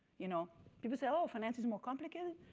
you know people say, finance is more complicated.